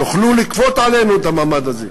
תוכלו לכפות עלינו את המעמד הזה.